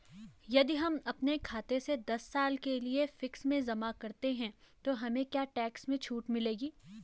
यदि हम अपने खाते से दस साल के लिए फिक्स में जमा करते हैं तो हमें क्या टैक्स में छूट मिलेगी?